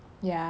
ya